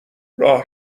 راه